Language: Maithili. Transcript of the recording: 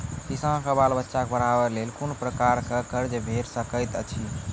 किसानक बाल बच्चाक पढ़वाक लेल कून प्रकारक कर्ज भेट सकैत अछि?